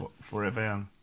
Forever